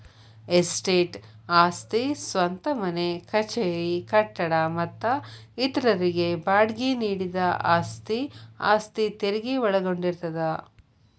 estate ಆಸ್ತಿ ಸ್ವಂತ ಮನೆ ಕಚೇರಿ ಕಟ್ಟಡ ಮತ್ತ ಇತರರಿಗೆ ಬಾಡ್ಗಿ ನೇಡಿದ ಆಸ್ತಿ ಆಸ್ತಿ ತೆರಗಿ ಒಳಗೊಂಡಿರ್ತದ